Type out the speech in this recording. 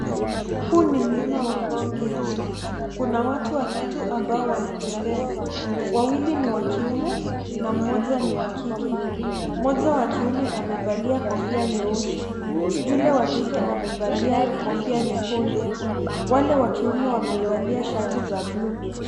Huu ni mlima wa Ngong Hills. Kuna watu watatu ambao wanatembea, wawili ni wa kiume na mmoja ni wa kike. Mmoja wa kiume amevalia kofia nyeusi, yule wa kike amevalia kofia nyekundu, wale wa kiume wamevalia shati za buluu.